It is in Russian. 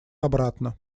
обратно